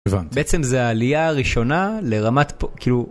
בעצם זה העלייה הראשונה לרמת כאילו.